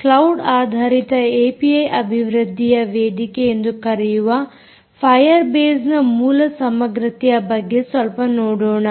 cloud ಆಧಾರಿತ API ಅಭಿವೃದ್ದಿಯ ವೇದಿಕೆ ಎಂದು ಕರೆಯುವ ಫಾಯರ್ ಬೇಸ್ನ ಮೂಲ ಸಮಗ್ರತೆಯ ಬಗ್ಗೆ ಸ್ವಲ್ಪ ನೋಡೋಣ